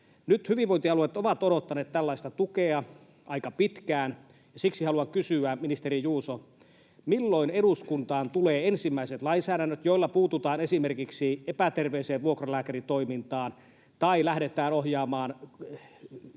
Nyt hyvinvointialueet ovat odottaneet tällaista tukea aika pitkään, ja siksi haluan kysyä: ministeri Juuso, milloin eduskuntaan tulevat ensimmäiset lainsäädännöt, joilla puututaan esimerkiksi epäterveeseen vuokralääkäritoimintaan tai lähdetään ohjaamaan